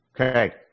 Okay